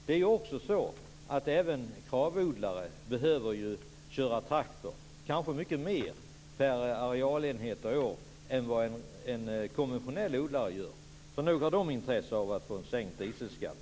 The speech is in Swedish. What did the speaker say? Det är också så att även Kravodlare behöver köra traktor - kanske mycket mer per arealenhet och år än vad en konventionell odlare gör. Nog har de intresse av att få en sänkt dieselskatt.